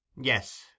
Yes